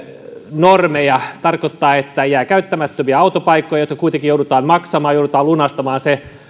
normeja se tarkoittaa että jää käyttämättömiä autopaikkoja joista kuitenkin joudutaan maksamaan joita joudutaan lunastamaan se